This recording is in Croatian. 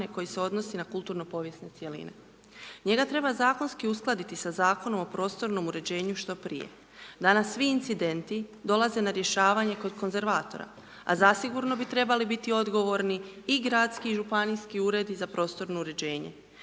koji se odnosi na kulturno povijesne cjeline. Njega treba zakonski uskladiti sa Zakonom o prostornom uređenju što prije. Danas svi incidenti dolaze na rješavanje kod konzervatora a zasigurno bi trebali biti odgovorni i gradski i županijski ured za prostorno uređenje.